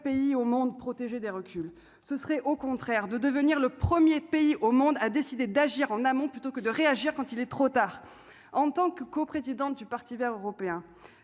pays au monde protégé des reculs, ce serait au contraire de devenir le 1er pays au monde, a décidé d'agir en amont plutôt que de réagir quand il est trop tard, en tant que co-présidente du Parti Vert européen